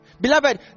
beloved